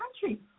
country